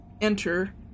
enter